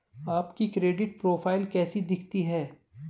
आपकी credit profile कैसी दिखती है?